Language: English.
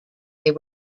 they